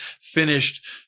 finished